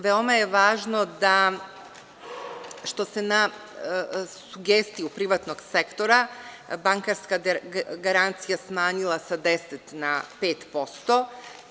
Veoma je važno što se na sugestiju privatnog sektora bankarska garancija smanjila sa 10 na pet posto.